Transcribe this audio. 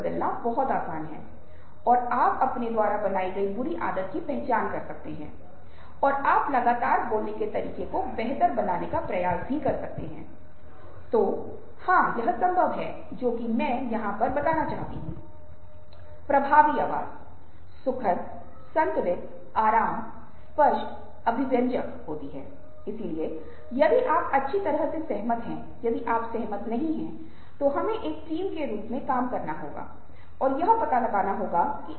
अब एक बार जब आप इस गुस्से का कारण खोज लेते हैं और आप उस कारण का अलग तरीके से विश्लेषण करने का प्रयास करते हैं तो संभवत आप उसमें महारत हासिल करने में सक्षम होंगे और आप स्वयं को बेहतर तरीके से नियंत्रित कर पाएंगे